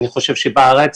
אני חושב שבארץ